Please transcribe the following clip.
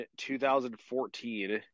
2014